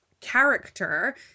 character